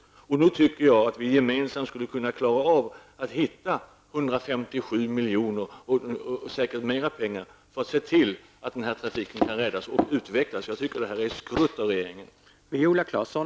Nog tycker jag att vi gemensamt skulle kunna klara att hitta 157 miljoner, och säkert mer pengar, för att se till att den här trafiken kan räddas och utvecklas. Jag tycker att det är skrutt av regeringen!